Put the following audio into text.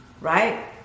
right